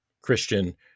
Christian